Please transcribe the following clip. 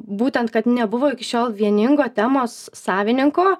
būtent kad nebuvo iki šiol vieningo temos savininko